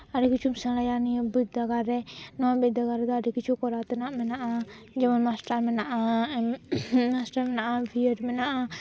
ᱟᱹᱰᱤ ᱠᱤᱪᱷᱩᱢ ᱥᱮᱬᱟᱭᱟ ᱱᱤᱭᱟᱹ ᱵᱤᱫᱽᱫᱟᱹᱜᱟᱲᱨᱮ ᱱᱚᱣᱟ ᱵᱤᱫᱽᱫᱟᱹᱜᱟᱲ ᱨᱮᱫᱚ ᱟᱹᱰᱤ ᱠᱤᱪᱷᱩ ᱠᱚᱨᱟᱣ ᱛᱮᱱᱟᱜ ᱢᱮᱱᱟᱜᱼᱟ ᱡᱮᱢᱚᱱ ᱢᱟᱥᱴᱟᱨ ᱢᱮᱱᱟᱜᱼᱟ ᱢᱟᱥᱴᱟᱨ ᱢᱮᱱᱟᱜᱼᱟ ᱵᱤᱼᱮᱰ ᱢᱮᱱᱟᱜᱼᱟ